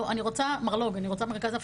לא, אני רוצה מרלו"ג, אני רוצה מרכז הפצה,